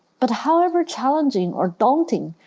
but however challenging or daunting,